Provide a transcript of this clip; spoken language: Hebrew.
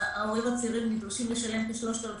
וההורים הצעירים נדרשים לשלם כ-3,000,